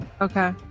Okay